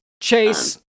Chase